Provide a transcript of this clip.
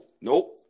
Nope